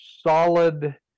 solid